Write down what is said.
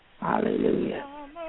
Hallelujah